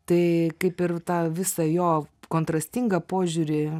tai kaip ir tą visą jo kontrastingą požiūrį